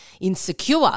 insecure